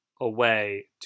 away